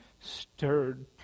stirred